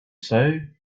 sow